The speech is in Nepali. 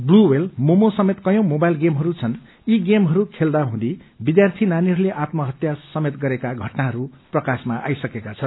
ब्लू व्हेल मोमो समेत कयौं मोबाईल गेमहरू छन् ती गेमहरू खेल्दा हुँदी विध्यार्थी नानीहरूले आत्म हत्या समेत गरेका घटनाहरू प्राकाशमा आइसकेका छन्